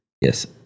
Yes